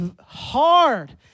hard